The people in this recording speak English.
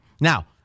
now